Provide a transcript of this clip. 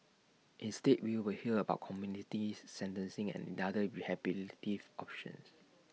instead we will hear about community sentencing and other rehabilitative options